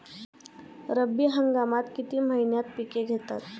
रब्बी हंगामात किती महिन्यांत पिके येतात?